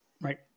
right